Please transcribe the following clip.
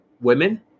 women